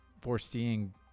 foreseeing